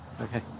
Okay